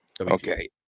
Okay